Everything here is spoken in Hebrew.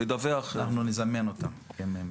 אנחנו נזמן אותם.